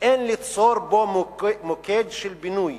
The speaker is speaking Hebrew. ואין ליצור בו מוקד של בינוי.